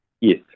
Yes